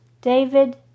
David